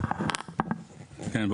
כמה זמן אתה ראש מועצה אזורית?